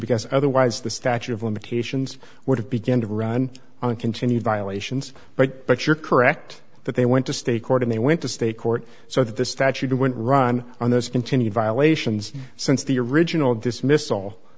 because otherwise the statute of limitations would have begin to run on continued violations but but you're correct that they went to state court and they went to state court so that the statute didn't run on those continued violations since the original dismiss